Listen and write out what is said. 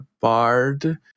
bard